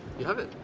you have it?